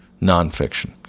nonfiction